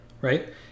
right